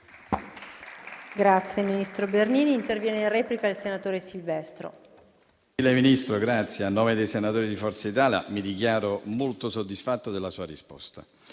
Grazie, ministro